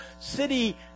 city